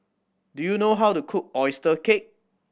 do you know how to cook oyster cake